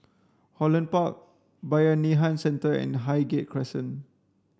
Holland Park Bayanihan Centre and Highgate Crescent